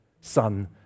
Son